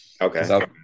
okay